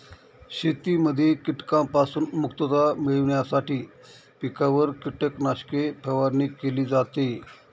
शेतीमध्ये कीटकांपासून मुक्तता मिळविण्यासाठी पिकांवर कीटकनाशके फवारणी केली जाते